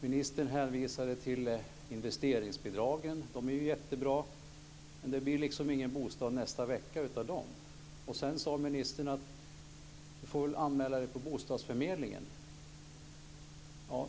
Ministern hänvisade till investeringsbidragen, och de är jättebra, men det blir ingen bostad i nästa vecka med hjälp av dem. Ministern sade också: Du får väl anmäla dig till bostadsförmedlingen.